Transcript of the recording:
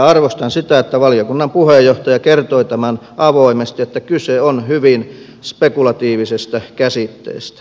arvostan sitä että valiokunnan puheenjohtaja kertoi tämän avoimesti että kyse on hyvin spekulatiivisesta käsitteestä